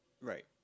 Right